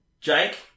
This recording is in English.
Jake